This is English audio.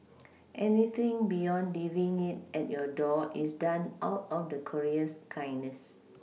anything beyond leaving it at your door is done out of the courier's kindness